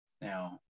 Now